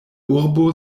urbo